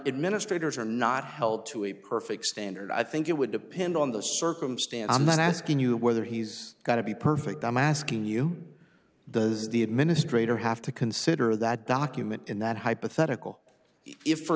administrator is or not held to a perfect standard i think it would depend on the circumstance i'm not asking you whether he's got to be perfect i'm asking you the as the administrator have to consider that document in that hypothetical if for